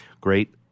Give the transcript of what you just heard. great